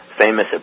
famous